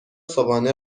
صبحانه